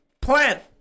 plant